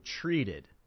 treated